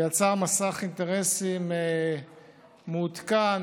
ויצר מסך אינטרסים מעודכן,